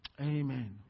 Amen